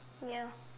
ya